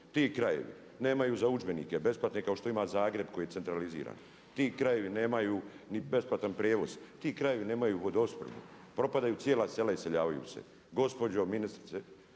Ti krajevi nemaju za udžbenike besplatne kao što ima Zagreb koji je centraliziran. Ti krajevi nemaju ni besplatan prijevoz, ti krajevi nemaju vodoopskrbu, propadaju cijela sela iseljavaju se.